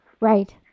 Right